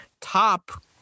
Top